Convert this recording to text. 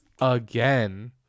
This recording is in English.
again